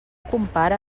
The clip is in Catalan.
compare